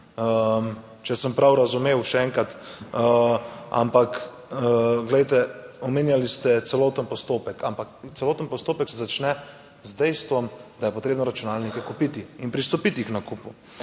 če sem prav razumel, še enkrat. Ampak glejte, omenjali ste celoten postopek, ampak celoten postopek se začne z dejstvom, da je potrebno računalnike kupiti in pristopiti k nakupu.